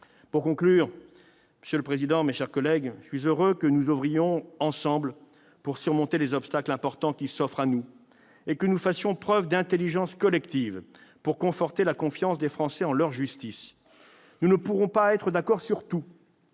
un amendement sur ce sujet. Pour conclure, je suis heureux que nous oeuvrions ensemble pour surmonter les obstacles importants qui s'offrent à nous et que nous fassions preuve d'intelligence collective pour conforter la confiance des Français en leur justice. Nous ne pourrons pas être d'accord sur tout,